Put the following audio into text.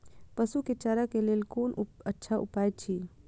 पशु के चारा के लेल कोन अच्छा उपाय अछि?